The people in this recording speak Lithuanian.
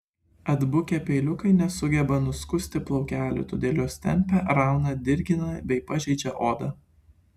atbukę peiliukai nesugeba nuskusti plaukelių todėl juos tempia rauna ir dirgina bei pažeidžia odą